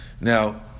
now